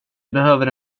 behöver